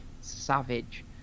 Savage